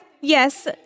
Yes